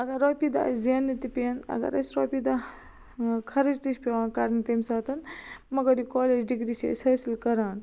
اگر روپیہ دہ أسۍ زینٕنہ تہِ پٮ۪ن اگر أسۍ روپیہ دٔہ خرِچ تہِ چھِ پیوان کرنہِ تمہِ ساتن مگر یہِ کالیج ڈِگری چھِ أسۍ حٲصل کران